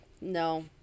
No